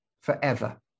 forever